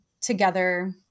together